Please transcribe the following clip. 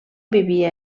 vivia